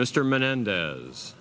mr menendez